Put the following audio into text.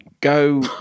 Go